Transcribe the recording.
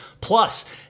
plus